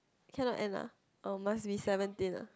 cannot end ah oh must be seventeen ah